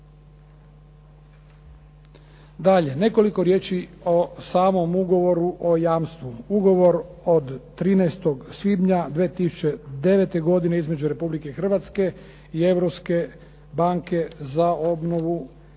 Dalje. Nekoliko riječi o samom ugovoru o jamstvu. Ugovor od 13. svibnja 2009. godine između Republike Hrvatske i Europske banke za obnovu